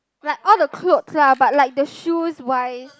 like all the clothes lah but like the shoes wise